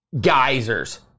geysers